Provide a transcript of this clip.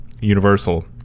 Universal